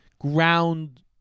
Ground